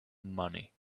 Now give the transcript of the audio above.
money